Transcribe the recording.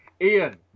Ian